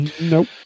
nope